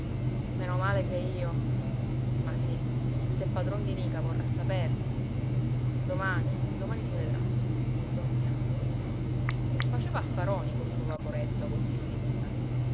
meno male che io ma sí se padron di nica vorrà saperne domani domani si vedrà dormiamo faceva affaroni col suo vaporetto agostino di nica